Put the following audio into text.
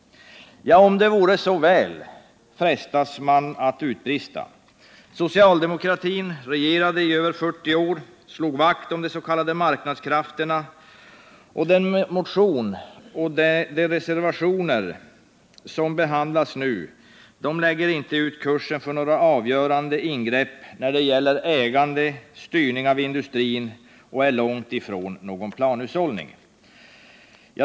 Ja, om det vore så väl, frestas man att utbrista. Socialdemokratin regerade i över 40 år och slog vakt om de s.k. marknadskrafterna. Den motion och de reservationer som nu behandlas lägger inte ut kursen för några avgörande ingrepp i ägandet eller styrningen av industrin och innebär långt ifrån någon planhushållning.